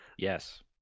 Yes